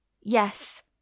Yes